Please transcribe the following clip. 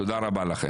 תודה רבה לכם.